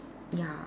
ya